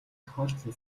тохиолдсон